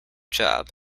job